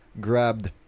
grabbed